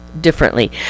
Differently